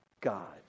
God